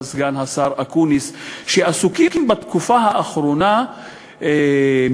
סגן השר אקוניס, שעסוקים בתקופה האחרונה מאוד,